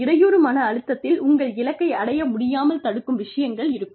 இடையூறு மன அழுத்தத்தில் உங்கள் இலக்கை அடைய முடியாமல் தடுக்கும் விஷயங்கள் இருக்கும்